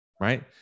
right